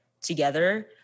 together